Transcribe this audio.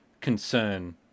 concern